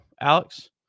Alex